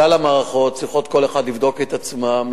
כלל המערכות צריכות כל אחת לבדוק את עצמה.